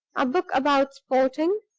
a book about sporting,